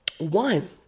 One